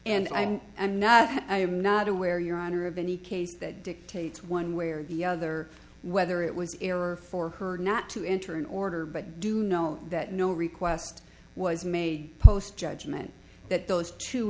and i'm not i am not aware your honor of any case that dictates one way or the other whether it was error for her not to enter an order but do know that no request was made post judgment that those two